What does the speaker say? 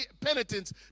penitence